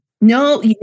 No